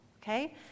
Okay